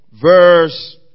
Verse